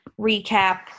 recap